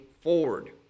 forward